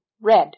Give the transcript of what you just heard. red